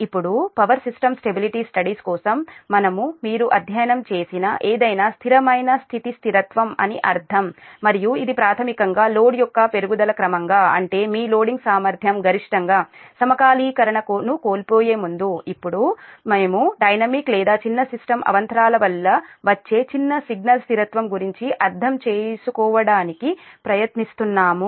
ఇప్పుడు power system stability studies కోసం మేము మీరు అధ్యయనం చేసిన ఏదైనా స్థిరమైన స్థితి స్థిరత్వం అని అర్థం మరియు ఇది ప్రాథమికంగా లోడ్ యొక్క పెరుగుదల క్రమంగా అంటే మీ లోడింగ్ సామర్థ్యం గరిష్టంగా సమకాలీకరణను కోల్పోయే ముందు ఇప్పుడు మేము డైనమిక్ లేదా చిన్న సిస్టమ్ అవాంతరాల వల్ల వచ్చే చిన్న సిగ్నల్ స్థిరత్వం గురించి అర్థం చేసుకోవడానికి ప్రయత్నించాము